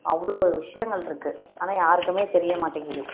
அவ்வளோ விஷயங்கள்ருக்கு ஆனால் யாருக்கும் தெரியமாட்டேங்கிது